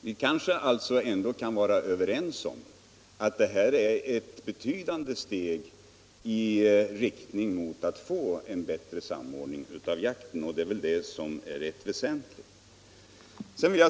Vi kanske kan vara överens om att detta är ett betydande steg i riktning mot en bättre samordning av jakten, vilket är rätt väsentligt.